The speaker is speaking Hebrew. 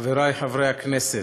חברי חברי הכנסת,